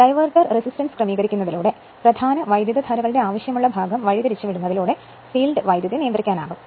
diverter resistance ക്രമീകരിക്കുന്നതിലൂടെ പ്രധാന വൈദ്യുതധാരകളുടെ ആവശ്യമുള്ള ഭാഗം വഴിതിരിച്ചുവിടുന്നതിലൂടെ ഫീൽഡ് കറന്റ് നിയന്ത്രിക്കാനാകും